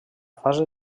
fase